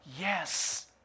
Yes